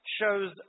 shows